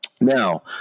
Now